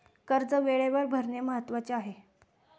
कर्ज वेळेवर भरणे महत्वाचे आहे